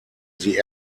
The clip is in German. sie